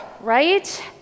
right